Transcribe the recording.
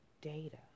data